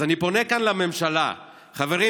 אז אני פונה כאן לממשלה: חברים,